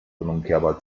unumkehrbar